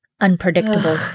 unpredictable